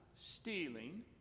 stealing